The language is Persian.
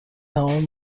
تمام